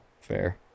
fair